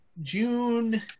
June